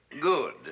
Good